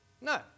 No